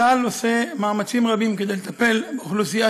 צה"ל עושה מאמצים רבים כדי לטפל באוכלוסייה